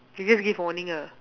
they just give warning ah